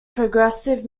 progressive